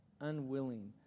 unwilling